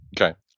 Okay